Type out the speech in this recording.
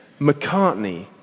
McCartney